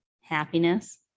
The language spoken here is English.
happiness